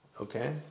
okay